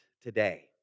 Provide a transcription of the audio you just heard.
today